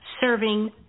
serving